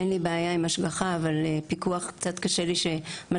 אין לי בעיה עם ההשגחה אבל קצת קשה לי שמשגיחה